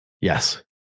Yes